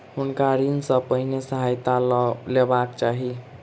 हुनका ऋण सॅ पहिने सहायता लअ लेबाक चाही